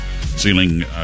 ceiling